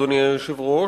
אדוני היושב-ראש,